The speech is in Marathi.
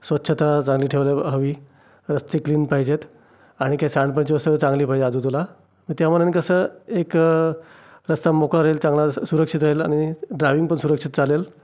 स्वच्छता चांगली ठेवायला हवी रस्ते क्लीन पाहिजेत आणि काही सांडपाण्याची व्यवस्था चांगली पाहिजे आजूबाजूला त्या मनाने कसं एक रस्ता मोकळा राहील चांगला सु सुरक्षित राहील आणि ड्रायविंग पण सुरक्षित चालेल